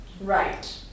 right